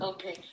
Okay